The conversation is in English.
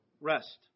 rest